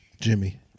Jimmy